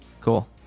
Cool